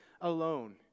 alone